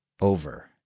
over